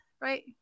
right